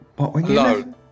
No